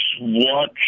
watch